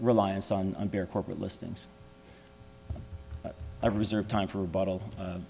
reliance on corporate listings i reserve time for a bottle